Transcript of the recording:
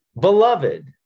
beloved